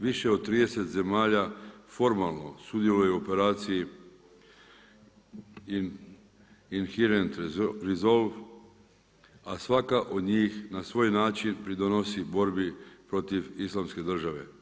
Više od 30 zemalja formalno sudjeluje u Operaciji Inherent Resolve a svaka od njih na svoj način pridonosi borbi protiv Islamske države.